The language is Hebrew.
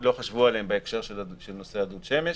שלא חשבו עליהם בהקשר של נושא דוד השמש.